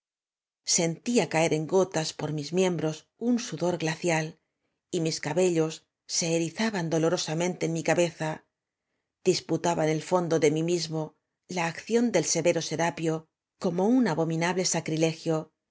sentía caer en gotas por mis miem bros un sudor glacial y mis cabellos se erizaban dolorosamente en mi cabeza disputaba en el fondo de m í mismo la acción del severo serapio como un abominable sacrilegio